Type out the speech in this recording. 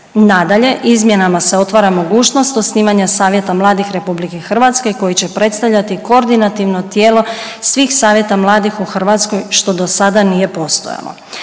Nadalje, izmjenama se otvara mogućnost osnivanja Savjeta mladih RH koji će predstavljati koordinativno tijelo svih savjeta mladih u Hrvatskoj, što do sada nije postojalo.